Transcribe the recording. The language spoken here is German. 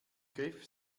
griff